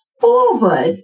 forward